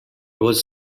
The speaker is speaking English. was